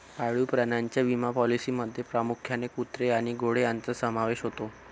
पाळीव प्राण्यांच्या विमा पॉलिसींमध्ये प्रामुख्याने कुत्रे आणि घोडे यांचा समावेश होतो